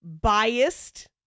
biased